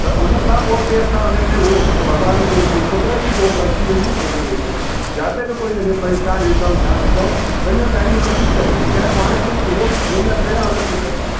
त उन सां पोइ उते असां उन में उहो भॻवान ते कुदरती उहो अची वेंदियूं आहिनि या त कोई परेशान ॾिसंदा आहियूं छा ॾिसंदा आहियूं उन जो टाइम कढी करे चाहिं पाण जे उहो बि पहिरियां उन ते कंदा आहियूं